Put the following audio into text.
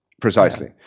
Precisely